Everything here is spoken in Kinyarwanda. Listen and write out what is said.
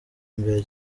imbere